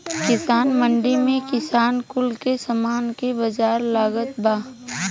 किसान मंडी में किसान कुल के सामान के बाजार लागता बा